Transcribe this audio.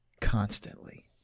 constantly